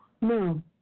No